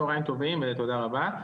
תודה רבה.